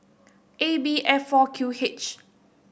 A B F four Q H